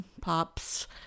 pops